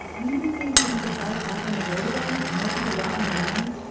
even seeing some of the cars back on the road again, more people walking around,